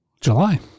july